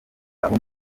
abo